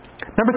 number